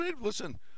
Listen